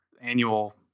annual